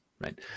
right